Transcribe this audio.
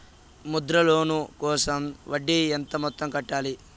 Mudra loan కోసం వడ్డీ ఎంత మొత్తం కట్టాలి